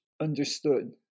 understood